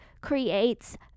creates